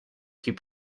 keep